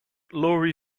laurie